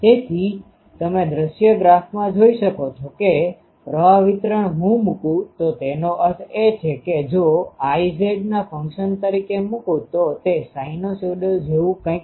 તેથી તમે દ્રશ્ય ગ્રાફમાં જોઈ શકો છો કે પ્રવાહ વિતરણ હું મુકું તો તેનો અર્થ એ છે કે જો Iના ફંક્શન તરીકે મુકું તો તે સિનુસાઇડલ જેવું કંઈક છે